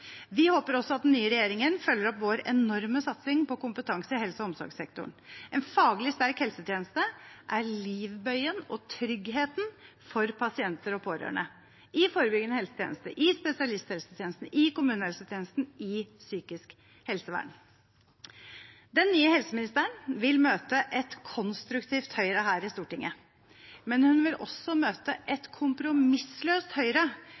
Vi håper også at den nye regjeringen følger opp vår enorme satsing på kompetanse i helse- og omsorgssektoren. En faglig sterk helsetjeneste er livbøyen og tryggheten for pasienter og pårørende – i forebyggende helsetjeneste, i spesialisthelsetjenesten, i kommunehelsetjenesten, i psykisk helsevern. Den nye helseministeren vil møte et konstruktivt Høyre her i Stortinget, men hun vil også møte et kompromissløst Høyre